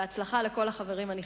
בהצלחה לכל החברים הנכנסים.